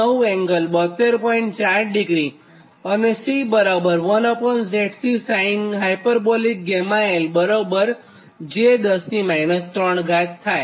4° અને C 1ZC sinh 𝛾l બરાબર j 10 3 થાય